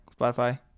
Spotify